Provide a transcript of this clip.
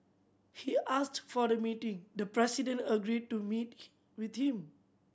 he asked for the meeting the president agreed to meet with him